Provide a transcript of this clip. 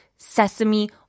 sesame